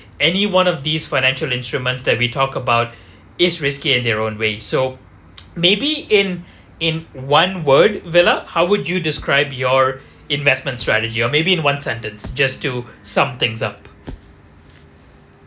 any one of these financial instruments that we talked about is risky at their own way so maybe in in one word vella how would you describe your investment strategy or maybe in one sentence just to sum things up